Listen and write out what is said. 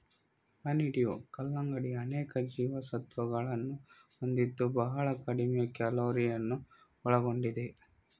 honeydew ಕಲ್ಲಂಗಡಿ ಅನೇಕ ಜೀವಸತ್ವಗಳನ್ನು ಹೊಂದಿದ್ದು ಬಹಳ ಕಡಿಮೆ ಕ್ಯಾಲೋರಿಯನ್ನು ಒಳಗೊಂಡಿದೆ